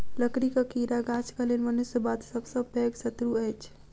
लकड़ीक कीड़ा गाछक लेल मनुष्य बाद सभ सॅ पैघ शत्रु अछि